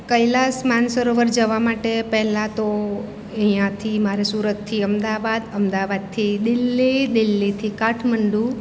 કૈલાસ માનસરોવર જવા માટે પહેલાં તો અહીંયાંથી મારે સુરતથી અમદાવાદ અમદાવાદથી દિલ્હી દિલ્હીથી કાઠમંડુ